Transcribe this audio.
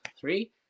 three